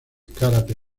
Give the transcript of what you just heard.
karate